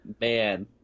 man